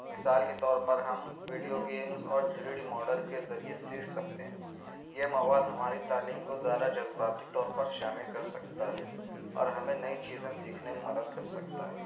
مثال کے طور پر ہم وڈیڈیو گیمس اور تھری ڈی موڈل کے ذریعے سیکھ سکتے ہیں یہ مواد ہماری تعلیم کو زیادہ جذباتی طور پر شامل کر سکتا ہے اور ہمیں نئی چیزیں سیکھنے میں مدد کرسکتا ہے